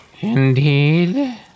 Indeed